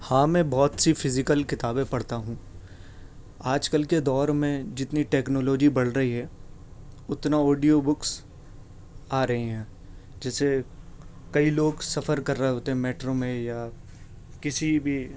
ہاں میں بہت سی فزیکل کتابیں پڑھتا ہوں آج کل کے دور میں جتنی ٹیکنالوجی بڑھ رہی ہے اتنا آڈیو بکس آ رہے ہیں جیسے کئی لوگ سفر کر رہے ہوتے ہیں میٹرو میں یا کسی بھی